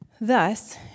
Thus